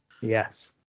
Yes